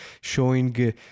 showing